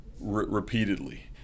repeatedly